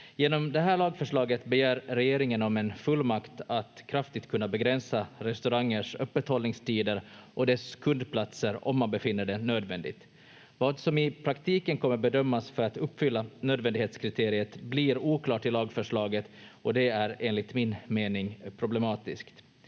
Genom det här lagförslaget begär regeringen om en fullmakt att kraftigt kunna begränsa restaurangers öppethållningstider och deras kundplatser om man finner det nödvändigt. Vad som i praktiken kommer bedömas för att uppfylla nödvändighetskriteriet blir oklart i lagförslaget, och det är enligt min mening problematiskt.